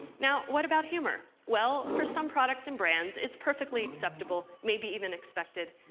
now what about humor? well, for some products and brands, it's perfectly acceptable maybe even expected.